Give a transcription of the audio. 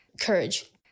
courage